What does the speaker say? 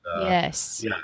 Yes